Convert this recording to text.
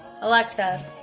alexa